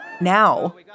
Now